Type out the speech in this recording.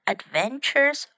Adventures